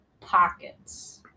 Pockets